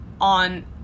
on